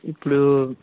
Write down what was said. ఇప్పుడు